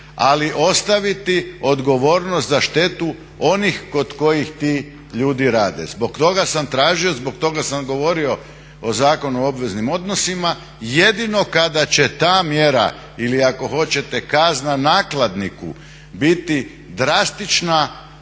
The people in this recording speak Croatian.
ali ostaviti odgovornost za štetu onih kod kojih ti ljudi rade. Zbog toga sam tražio, zbog toga sam govorio o Zakonu o obveznim odnosima. Jedino kada će ta mjera ili ako hoćete kazna nakladniku biti drastična,